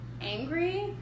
angry